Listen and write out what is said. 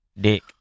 Dick